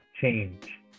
change